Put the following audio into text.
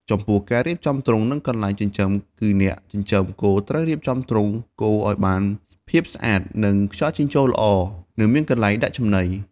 ចំពោះការរៀបចំទ្រុង និងកន្លែងចិញ្ចឹម គឺអ្នកចិញ្ចឹមគោត្រូវរៀបចំទ្រុងគោឲ្យបានភាពស្អាត មានខ្យល់ចេញចូលល្អ និងមានកន្លែងដាក់ចំណី។